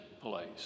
place